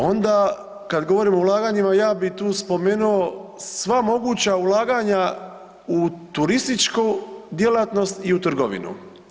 Onda kad govorimo o ulaganjima ja bi tu spomenuo sva moguća ulaganja u turističku djelatnost i u trgovinu.